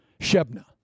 Shebna